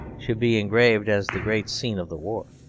should be engraved as the great scene of the war.